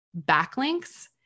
backlinks